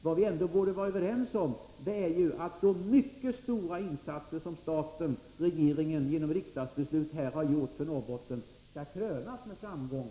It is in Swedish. Vad vi ändå borde kunna vara överens om är att de mycket stora insatser som regeringen genom riksdagsbeslut har gjort för Norrbotten måste krönas med framgång.